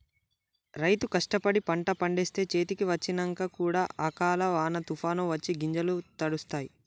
రైతు కష్టపడి పంట పండిస్తే చేతికి వచ్చినంక కూడా అకాల వానో తుఫానొ వచ్చి గింజలు తడుస్తాయ్